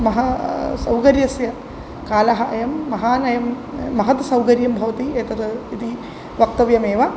महा सौकर्यस्य कालः अयं महान् अयं महत् सौकर्यं भवति एतद् इति वक्तव्यमेव